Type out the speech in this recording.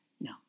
no